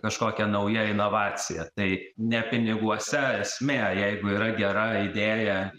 kažkokia nauja inovacija tai ne piniguose esmė jeigu yra gera idėja